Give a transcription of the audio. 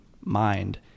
mind